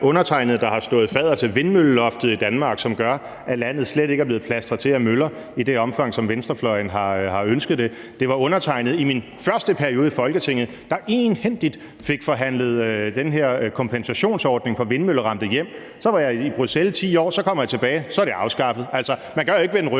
love. Det er undertegnede, der har stået fadder til vindmølleloftet i Danmark, som gør, at landet slet ikke er blevet plastret til af møller i det omfang, som venstrefløjen har ønsket det. Det var undertegnede i min første periode i Folketinget, der egenhændigt fik forhandlet den her kompensationsordning for vindmølleramte hjem. Så var jeg i Bruxelles i 10 år og kommer så tilbage, og så er det afskaffet. Man kan jo ikke vende